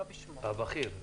של הבכיר?